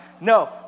No